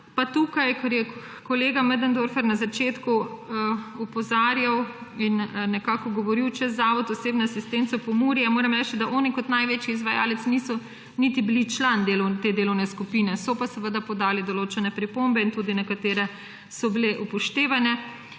tega, kar je kolega Möderndorfer na začetku opozarjal in nekako govoril čez zavod Osebna asistenca Pomurje, moram reči, da oni kot največji izvajalec niso niti bili član te delovne skupine, so pa seveda podali določene pripombe in tudi nekatere so bile upoštevane.